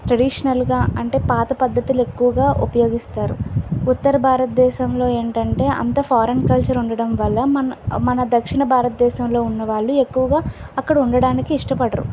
ట్రెడిషనల్గా అంటే పాత పద్ధతులు ఎక్కువగా ఉపయోగిస్తారు ఉత్తర భారతదేశంలో ఏంటంటే అంతా ఫారిన్ కల్చర్ ఉండటం వల్ల మన మన దక్షిణ భారతదేశంలో ఉన్నవాళ్ళు ఎక్కువగా అక్కడ ఉండటానికి ఇష్టపడరు